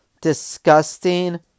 disgusting